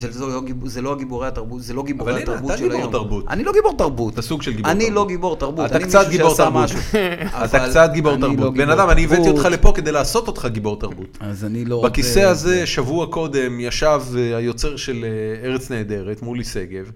זה לא גיבורי התרבות, זה לא גיבורי התרבות של היום. אבל אתה גיבור תרבות. אני לא גיבור תרבות. את הסוג של גיבור תרבות. אני לא גיבור תרבות. אני מישהו שעשה משהו. אתה קצת גיבור תרבות. בן אדם, אני הבאתי אותך לפה כדי לעשות אותך גיבור תרבות. אז אני לא... בכיסא הזה, שבוע קודם ישב היוצר של ארץ נהדרת, מולי סגב.